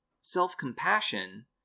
self-compassion